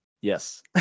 Yes